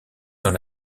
dans